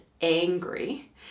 angry